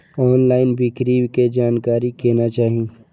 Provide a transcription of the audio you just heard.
Online बिक्री के जानकारी केना चाही?